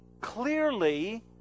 clearly